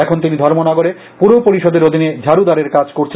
এখন তিনি ধর্মনগরে পুর পরিষদের অধীনে ঝাডুদারের কাজ করছেন